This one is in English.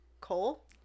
Cole